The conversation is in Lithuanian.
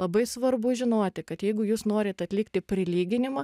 labai svarbu žinoti kad jeigu jūs norit atlikti prilyginimą